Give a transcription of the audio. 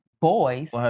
boys